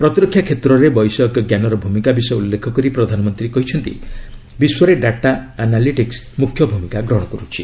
ପ୍ରତିରକ୍ଷା କ୍ଷେତ୍ରରେ ବୈଷୟିକଞ୍ଜାନର ଭୂମିକା ବିଷୟ ଉଲ୍ଲେଖ କରି ପ୍ରଧାନମନ୍ତ୍ରୀ କହିଛନ୍ତି ବିଶ୍ୱରେ ଡାଟା ଆନାଲିଟିକ୍ନ ମୁଖ୍ୟ ଭୂମିକା ଗ୍ରହଣ କରୁଛି